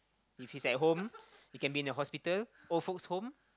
if it's at home it can be at a hospital old folks home